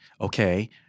okay